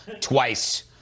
twice